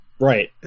Right